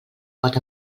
pot